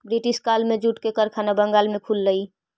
British काल में jute के कारखाना बंगाल में खुललई